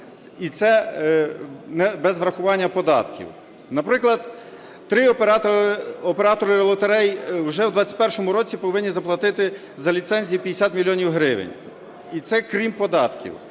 І це без врахування податків. Наприклад, три оператори лотерей вже у 21-му році повинні заплатити за ліцензії 50 мільйонів гривень. І це крім податків.